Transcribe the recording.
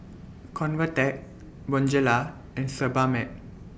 Convatec Bonjela and Sebamed